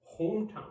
hometown